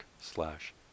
slash